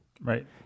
Right